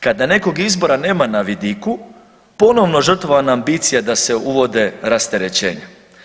Kada nekog izbora nema na vidiku ponovno žrtvovana ambicija da se uvode rasterećenja.